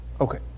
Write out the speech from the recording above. Okay